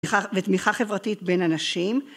ותמיכה חברתית בין אנשים